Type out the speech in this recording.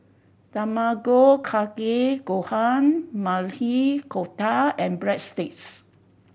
Tamago Kake Gohan Maili Kofta and Breadsticks